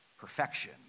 Perfection